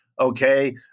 okay